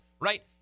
right